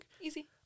easy